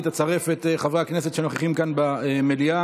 אצרף את חברי הכנסת שנוכחים כאן במליאה.